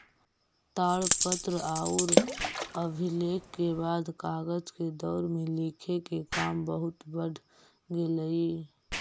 ताड़पत्र औउर अभिलेख के बाद कागज के दौर में लिखे के काम बहुत बढ़ गेलई